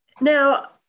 Now